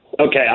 Okay